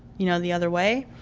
you know, the other way.